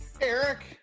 Eric